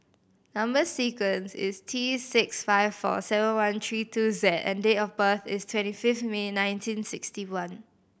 number sequence is T six five four seven one three two Z and date of birth is twenty fifth May nineteen sixty one